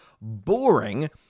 boring